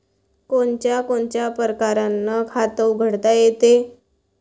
कोनच्या कोनच्या परकारं खात उघडता येते?